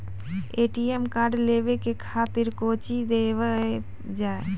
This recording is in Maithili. ए.टी.एम कार्ड लेवे के खातिर कौंची देवल जाए?